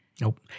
nope